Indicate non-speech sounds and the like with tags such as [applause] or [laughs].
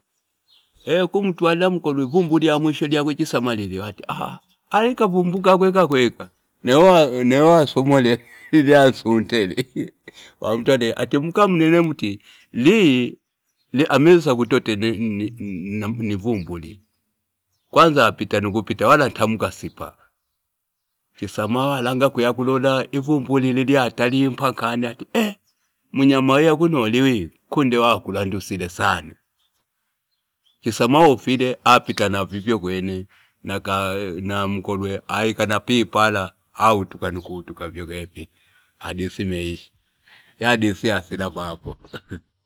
[hesitation] kumtwalila mkolwe ivumbu lya mwisho lilya lyakwe chisama mkolwe wati [hesitation] ali ali kavumbu kweka kweka kaa, nawe wasomola ilya nsunte lii [laughs] ati mkamnene mti hi amiza akutote ni vumbu hii kwanza apita nukupita wala ntamkasi paa, chisama walanga akulola ivumbu lili lyatalimpa nkani ati [hesitation] umunyama wii kunobi wii nkunde wakula andusile sana chisama wofile aapita na vivyakwene na mkolwe aaika na pipala autuka nukutuka vivyokwene aapita iyadisi yasila papo.